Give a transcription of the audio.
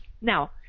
Now